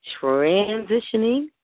transitioning